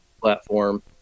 platform